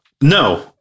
No